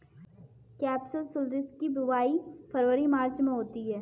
capsularis की बुवाई फरवरी मार्च में होती है